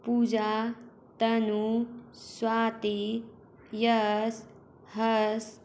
Puja Tanu Swati Yash Harsh